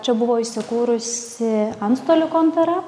čia buvo įsikūrusi antstolių kontora